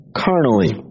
carnally